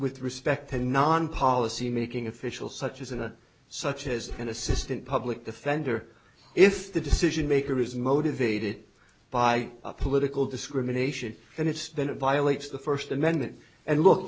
with respect to non policy making official such as and such as an assistant public defender if the decision maker is motivated by a political discrimination and it's then it violates the first amendment and look